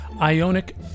Ionic